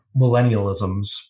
millennialisms